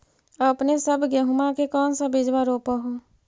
अपने सब गेहुमा के कौन सा बिजबा रोप हू?